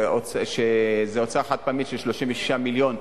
זה הוצאה חד-פעמית של 36 מיליון,